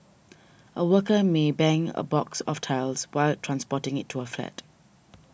a worker may bang a box of tiles while transporting it to a flat